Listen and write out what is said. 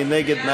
מי נגד?